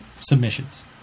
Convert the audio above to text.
submissions